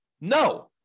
No